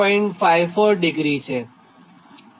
54° થાય